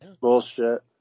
Bullshit